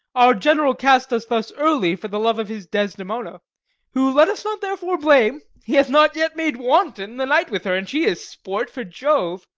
our general cast us thus early for the love of his desdemona who let us not therefore blame he hath not yet made wanton the night with her and she is sport for jove.